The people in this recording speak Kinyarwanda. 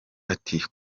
ati